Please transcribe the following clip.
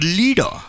leader